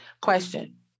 Question